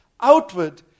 outward